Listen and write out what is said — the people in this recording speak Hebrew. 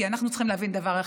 כי אנחנו צריכים להבין דבר אחד: